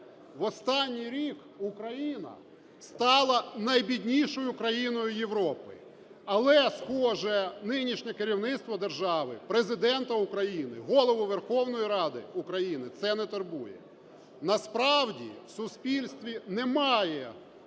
В останній рік Україна стала найбіднішою країною Європи, але, схоже, нинішнє керівництво держави: Президента України, Голову Верховної Ради України - це не турбує. Насправді в суспільстві немає